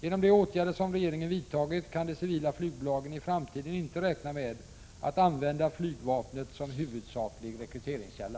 Genom de åtgärder som regeringen vidtagit kan de civila flygbolagen i framtiden inte räkna med att använda flygvapnet som huvudsaklig rekryteringskälla.